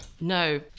No